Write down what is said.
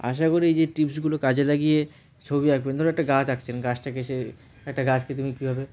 আশা করি যে টিপসগুলো কাজে লাগিয়ে ছবি আঁকবেন ধরো একটা গাছ আঁকছেন গাছটাকে সে একটা গাছকে তুমি কীভাবে